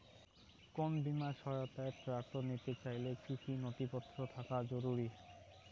কোন বিমার সহায়তায় ট্রাক্টর নিতে চাইলে কী কী নথিপত্র থাকা জরুরি?